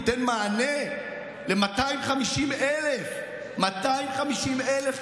ניתן מענה על 250,000 פניות.